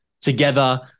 together